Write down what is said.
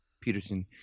Peterson